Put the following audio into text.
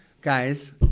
guys